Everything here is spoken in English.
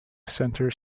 center